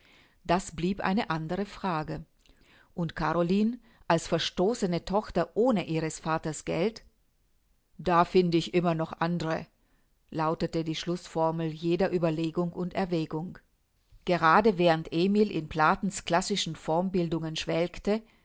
das blieb eine andere frage und caroline als verstoßene tochter ohne ihres vaters geld da find ich immer noch andere lautete die schlußformel jeder ueberlegung und erwägung gerade während emil in platens classischen formbildungen schwelgte